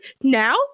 now